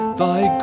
thy